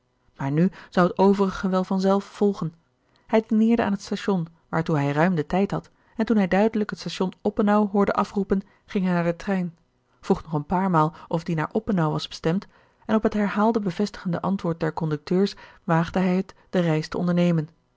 maar nu zou het overige wel van zelf volgen hij dineerde aan het station waartoe hij ruim den tijd had en toen hij duidelijk het station oppenau hoorde afroepen ging hij naar den trein vroeg nog een paar maal of die naar oppenau was bestemd en op het herhaalde bevestigende antwoord der conducteurs waagde hij het de reis te ondernemen